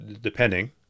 depending